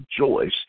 rejoice